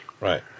Right